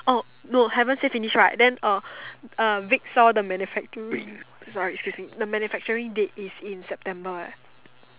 oh no haven't say finish right then uh uh Vic saw the manufacturing sorry excuse me the manufacturing date is in September eh